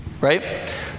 Right